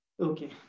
Okay